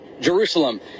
Jerusalem